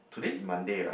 today's Monday right